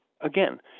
Again